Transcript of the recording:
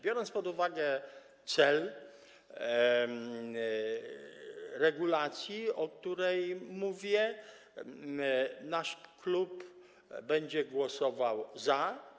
Biorąc pod uwagę cel regulacji, o której mówię, nasz klub będzie głosował za.